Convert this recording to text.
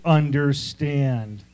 understand